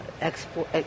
export